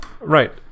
Right